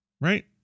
Right